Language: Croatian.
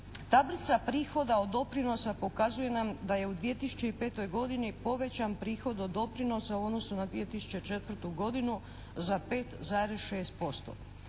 tablica prihoda od doprinosa pokazuje nam da je u 2005. godini povećan prihod od doprinosa u odnosu na 2004. godinu za 5,6%.